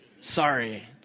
sorry